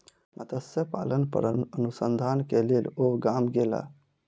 मत्स्य पालन पर अनुसंधान के लेल ओ गाम गेला